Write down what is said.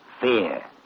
Fear